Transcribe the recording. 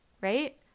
right